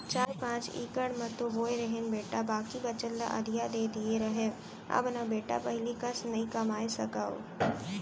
चार पॉंच इकड़ म तो बोए रहेन बेटा बाकी बचत ल अधिया दे दिए रहेंव अब न बेटा पहिली कस नइ कमाए सकव